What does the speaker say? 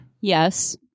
Yes